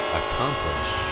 accomplish